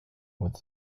with